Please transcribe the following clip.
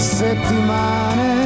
settimane